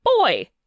boy